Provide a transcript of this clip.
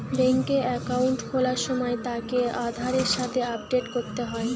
বেংকে একাউন্ট খোলার সময় তাকে আধারের সাথে আপডেট করতে হয়